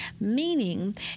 meaning